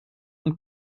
und